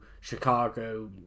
Chicago